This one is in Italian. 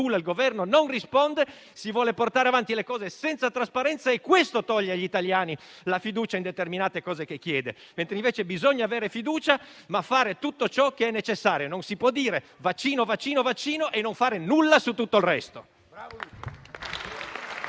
Il Governo non risponde; si vogliono portare avanti le cose senza trasparenza e questo toglie agli italiani la fiducia su determinate cose che il Governo chiede. Invece bisogna avere fiducia, ma anche fare tutto ciò che è necessario; non si può parlare solo di vaccino e non fare nulla su tutto il resto.